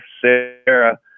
Sarah